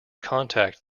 contact